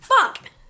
fuck